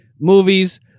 movies